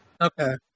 Okay